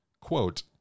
quote